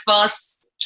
first